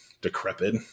decrepit